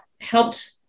helped